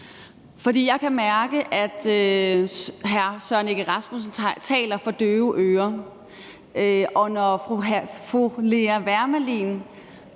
Jeg kan mærke, at hr. Søren Egge Rasmussen taler for døve øren. Og når fru Lea Wermelin